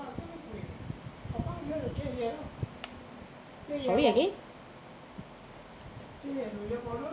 sorry again